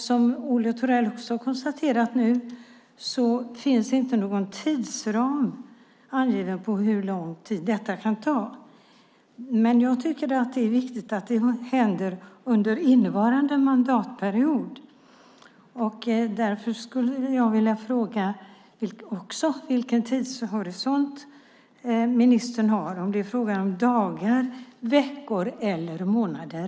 Som Olle Thorell också har konstaterat finns det ingen angiven tidsram för hur lång tid detta kan ta, men jag tycker att det är viktigt att det händer under innevarande mandatperiod. Därför skulle jag också vilja fråga vilken tidshorisont ministern har. Är det fråga om dagar, veckor eller månader?